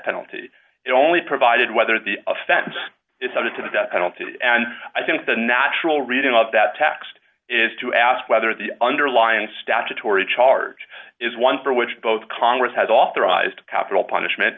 penalty it only provided whether the offense is sent to the death penalty and i think the natural reading of that text is to ask whether the underlying statutory charge is one for which both congress has authorized capital punishment